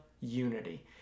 unity